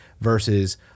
versus